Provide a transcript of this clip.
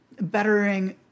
bettering